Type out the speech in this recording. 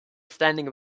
standing